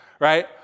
right